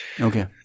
Okay